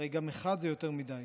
הרי גם אחד זה יותר מדי.